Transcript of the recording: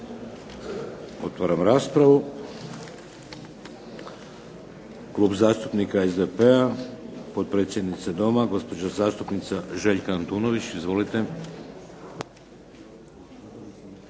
Otvaram raspravu. Klub zastupnika SDP-a, potpredsjednica Doma gospođa zastupnica Željka Antunović. Izvolite.